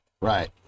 Right